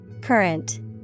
Current